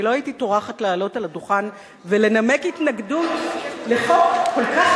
אני לא הייתי טורחת לעלות על הדוכן ולנמק התנגדות לחוק כל כך